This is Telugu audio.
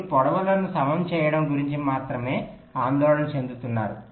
మీరు పొడవులను సమం చేయడం గురించి మనత్రమే ఆందోళన చెందుతున్నారు